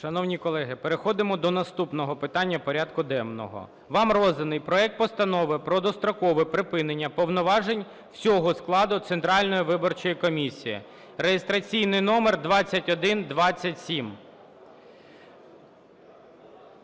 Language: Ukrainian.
Шановні колеги, переходимо до наступного питання порядку денного. Вам розданий проект Постанови про дострокове припинення повноважень всього складу Центральної виборчої комісії (реєстраційний номер 2127).